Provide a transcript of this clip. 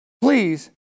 Please